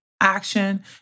action